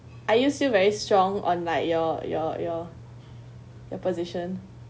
are you still very strong on like your your your your position